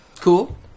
Cool